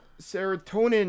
serotonin